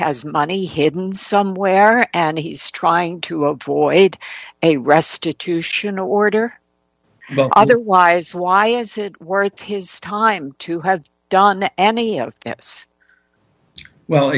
has money hidden somewhere and he's trying to avoid a restitution order but otherwise why is it worth his time to have done any of